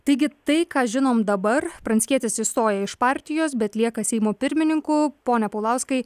taigi tai ką žinom dabar pranckietis išstoja iš partijos bet lieka seimo pirmininku pone paulauskai